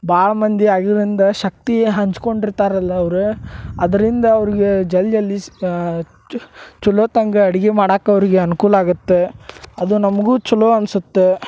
ಭಾಳ್ ಮಂದಿ ಆಗಿರುದರಿಂದ ಶಕ್ತಿ ಹಂಚ್ಕೊಂಡಿರ್ತಾರಲ್ಲ ಅವರ ಅದರಿಂದ ಅವ್ರ್ಗೆ ಜಲ್ದ್ ಜಲ್ದಿ ಚಲೋತಂಗ ಅಡ್ಗಿ ಮಾಡಾಕ ಅವರಿಗೆ ಅನುಕೂಲ ಆಗತ್ತೆ ಅದು ನಮಗೂ ಛಲೋ ಅನ್ಸತ್ತೆ